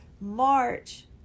march